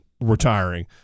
retiring